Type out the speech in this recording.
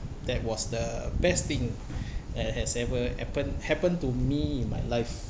that was the best thing that has ever happened happened to me in my life